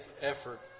effort